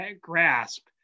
grasp